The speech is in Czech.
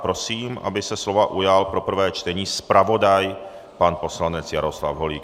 Prosím, aby se slova ujal pro prvé čtení zpravodaj pan poslanec Jaroslav Holík.